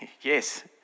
Yes